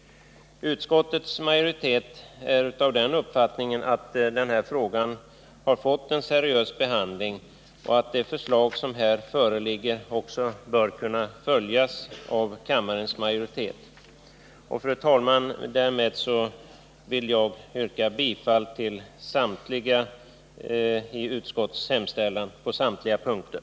Utskottets majoritet är av den uppfattningen att den här frågan har fått en seriös behandling och att det förslag som föreligger bör kunna bifallas av kammarens majoritet. Fru talman! Därmed vill jag yrka bifall till utskottets hemställan på samtliga punkter.